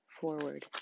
forward